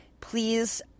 please